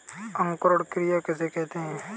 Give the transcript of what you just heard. अंकुरण क्रिया किसे कहते हैं?